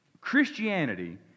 Christianity